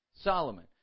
Solomon